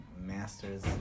master's